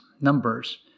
numbers